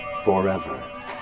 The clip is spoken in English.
Forever